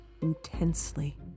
intensely